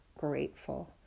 grateful